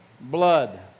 blood